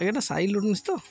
ଆଜ୍ଞା ଏଇଟା ସାଇ ଇଲୋକ୍ରୋନିକ୍ସ୍ ତ